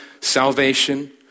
salvation